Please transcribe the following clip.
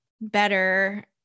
better